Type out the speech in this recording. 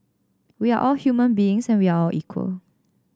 we're all human beings and we all are equal